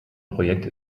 projekt